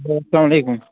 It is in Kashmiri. ہیٚلو اسلامُ علیکُم